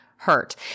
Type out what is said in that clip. Hurt